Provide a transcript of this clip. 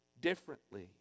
Differently